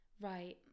Right